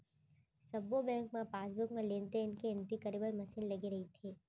सब्बो बेंक म पासबुक म लेन देन के एंटरी करे बर मसीन लगे रइथे